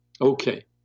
okay